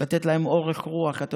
לתת להם אורך נשימה.